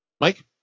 Mike